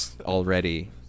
already